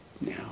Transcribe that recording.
now